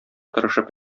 тырышып